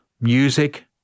music